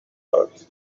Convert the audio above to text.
earth